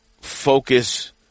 focus